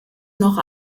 noch